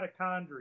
mitochondria